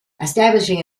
establishing